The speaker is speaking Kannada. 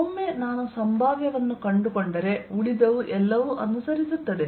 ಒಮ್ಮೆ ನಾನು ಸಂಭಾವ್ಯವನ್ನು ಕಂಡುಕೊಂಡರೆ ಉಳಿದವು ಎಲ್ಲವೂ ಅನುಸರಿಸುತ್ತದೆ